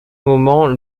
moment